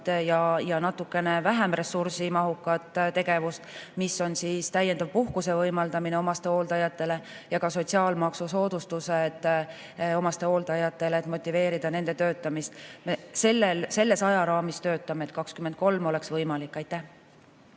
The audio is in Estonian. ja natukene vähem ressursimahukat tegevust: täiendava puhkuse võimaldamine omastehooldajatele ja sotsiaalmaksusoodustused omastehooldajatele, et motiveerida nende töötamist. Selles ajaraamis töötame, et see oleks 2023. aastal